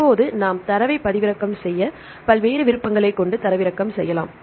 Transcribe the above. இப்போது நாம் தரவை பதிவிறக்கம் செய்ய பல்வேறு விருப்பங்களை கொண்டு தரவிறக்கம் செய்யலாம்